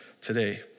today